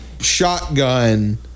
shotgun